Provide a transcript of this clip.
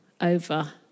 over